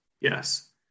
yes